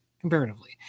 Comparatively